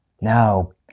No